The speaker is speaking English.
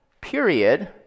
period